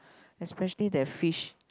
especially the fish